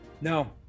No